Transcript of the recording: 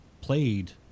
played